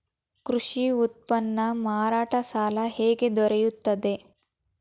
ಕೃಷಿ ಉತ್ಪನ್ನ ಮಾರಾಟ ಸಾಲ ಹೇಗೆ ದೊರೆಯುತ್ತದೆ?